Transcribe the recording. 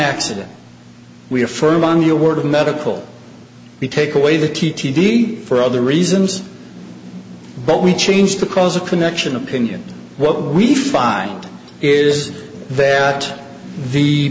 accident we're firm on your word of medical we take away the t t d for other reasons but we changed the causal connection opinion what we find is that the